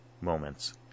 moments